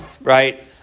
right